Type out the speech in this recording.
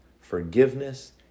forgiveness